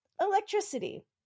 Electricity